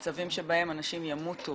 מצבים שבהם אנשים ימותו